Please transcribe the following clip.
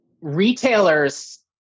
retailers